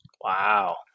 Wow